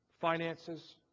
finances